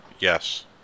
Yes